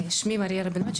שמי מריה רבינוביץ',